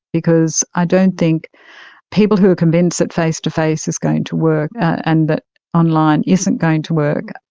because i don't think people who are convinced that face-to-face is going to work and that online isn't going to work,